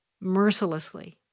mercilessly